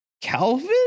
calvin